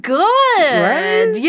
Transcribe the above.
good